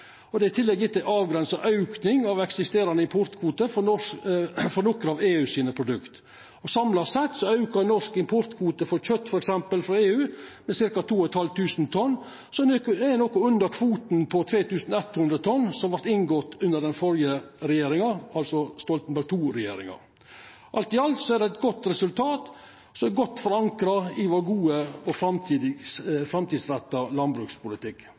Det er i tillegg gjeve ei avgrensa auking av eksisterande importkvoter for nokre av EU sine produkt. Samla sett aukar norsk importkvote for kjøt, f.eks. frå EU, med 2 550 tonn og er noko under kvoten på 3 100 tonn som vart inngått under den førre regjeringa, Stoltenberg II. Alt i alt er det eit godt resultat, som er godt forankra i vår gode og framtidsretta landbrukspolitikk.